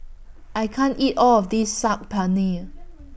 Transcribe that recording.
I can't eat All of This Saag Paneer